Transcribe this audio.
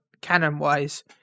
canon-wise